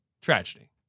Tragedy